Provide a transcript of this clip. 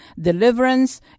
deliverance